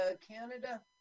Canada